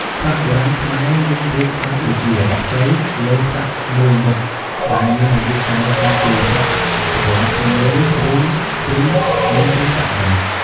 សាក់បុរាណខ្មែរមានរូបសត្វដូចជា បក្សី លើសាក់មួយមុខ ដែលមានអាយុកាលចាប់ពីសតវត្សទី ១ ឬ ២ មុនគ្រិស្តសករាជ។